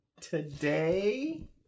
today